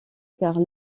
car